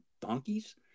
donkeys